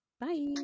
Bye